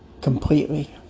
completely